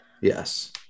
Yes